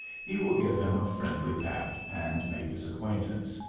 he will give him a friendly pat and make his acquaintance.